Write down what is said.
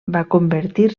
convertir